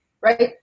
right